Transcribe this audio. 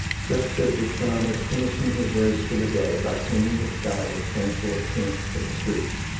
just as the sun is finishing his race for the day by painting the sky with fanciful tints and streaks